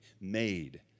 Made